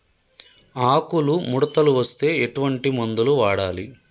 ఆకులు ముడతలు వస్తే ఎటువంటి మందులు వాడాలి?